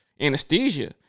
Anesthesia